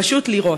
פשוט לירות"